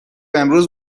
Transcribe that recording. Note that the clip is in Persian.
امروز